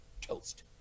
toast